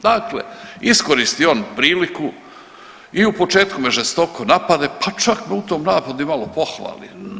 Dakle, iskoristi on priliku i u početku me žestoko napade, pa čak me u tom napadu i malo pohvali.